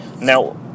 Now